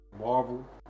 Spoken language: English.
Marvel